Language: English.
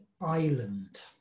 Island